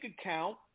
account